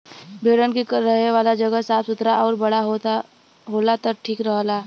भेड़न के रहे वाला जगह साफ़ सुथरा आउर बड़ा होला त ठीक रहला